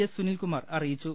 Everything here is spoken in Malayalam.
എസ് സുനിൽകുമാർ അറിയിച്ചു